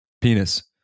Penis